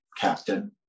captain